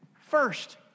first